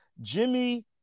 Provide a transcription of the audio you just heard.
Jimmy